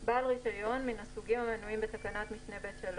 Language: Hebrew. "בעל רישיון מן הסוגים המנויים בתקנת משנה (ב3),